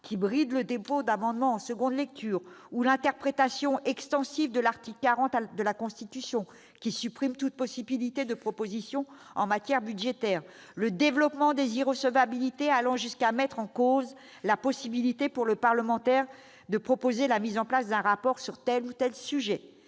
qui bride le dépôt d'amendements en seconde lecture, ou l'interprétation extensive de l'article 40 de la Constitution, qui supprime toute possibilité de proposition en matière budgétaire, le développement des irrecevabilités allant jusqu'à mettre en cause la possibilité pour le parlementaire de proposer la remise d'un rapport sur tel ou tel sujet